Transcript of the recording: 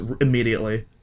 immediately